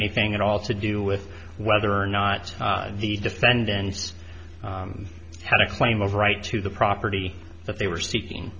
anything at all to do with whether or not the defendants had a claim of right to the property that they were sleeping